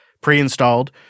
pre-installed